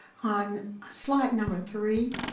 on slide number three,